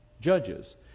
Judges